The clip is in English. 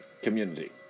community